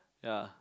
ya